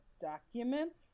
documents